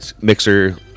mixer